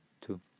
two